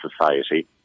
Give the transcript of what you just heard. society